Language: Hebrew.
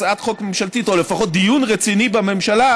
הצעת חוק ממשלתית או לפחות דיון רציני בממשלה,